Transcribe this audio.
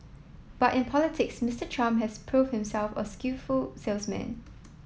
but in politics Mister Trump has prove himself a skillful salesman